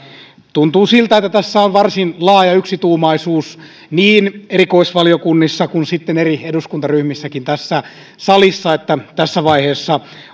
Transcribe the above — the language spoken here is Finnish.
tuntuu siltä että tässä on varsin laaja yksituumaisuus niin erikoisvaliokunnissa kuin sitten eri eduskuntaryhmissäkin tässä salissa siitä että tässä vaiheessa